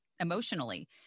emotionally